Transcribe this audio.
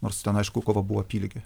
nors ten aišku kova buvo apylygė